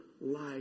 life